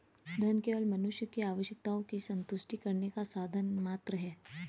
धन केवल मनुष्य की आवश्यकताओं की संतुष्टि करने का साधन मात्र है